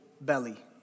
belly